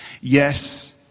Yes